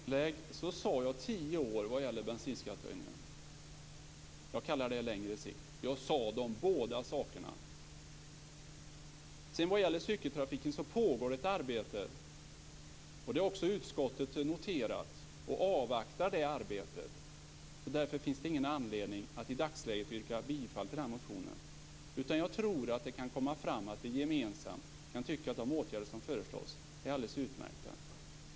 Fru talman! I mitt inlägg sade jag tio år vad gäller bensinskattehöjningen. Jag kallar det längre sikt. Jag sade det om båda sakerna. Vad det sedan gäller cykeltrafiken pågår det ett arbete. Detta har också utskottet noterat, och man avvaktar det arbetet. Därför finns det ingen anledning att i dagsläget yrka bifall till den motionen. Jag tror att det kan visa sig att vi gemensamt kan tycka att de åtgärder som föreslås är alldeles utmärkta.